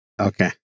Okay